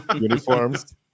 uniforms